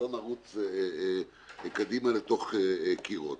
שלא נרוץ קדימה לתוך קירות.